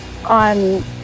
On